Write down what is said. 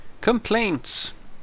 complaints